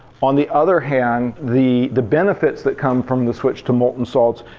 on the other hand, the the benefits that come from the switch to molten salts,